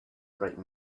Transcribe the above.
bright